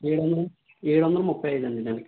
ఏడు వందల ఏడు వందల ముప్పై ఐదు అండి నెలకి